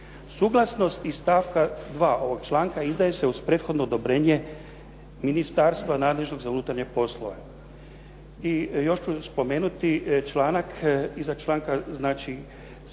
Suglasnost iz stavka 2. ovoga članka izdaje se uz prethodno odobrenje Ministarstva nadležnog za unutarnje poslove. I još ću spomenuti članak, iza članka znači 39.